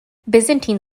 byzantine